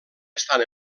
estan